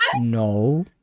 No